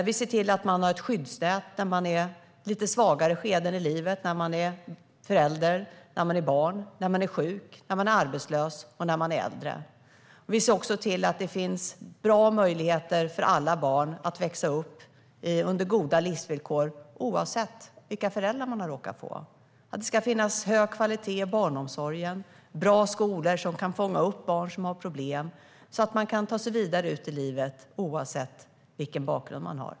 Vi ser till att man har ett skyddsnät när man är i lite svagare skeden i livet: när man är förälder, när man är barn, när man är sjuk, när man är arbetslös och när man är äldre. Vi ser också till att det finns bra möjligheter för alla barn att växa upp under goda livsvillkor, oavsett vilka föräldrar man råkar ha. Det ska finnas barnomsorg av hög kvalitet och bra skolor som kan fånga upp barn som har problem så att de kan ta sig vidare ut i livet oavsett bakgrund.